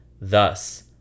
thus